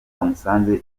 bamusanze